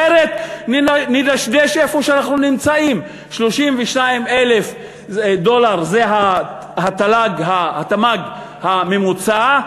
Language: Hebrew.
אחרת נדשדש איפה שאנחנו נמצאים: 32,000 דולר זה התמ"ג הממוצע,